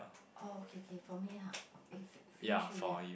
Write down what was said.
orh okay K for me ah eh fi~ finish already ah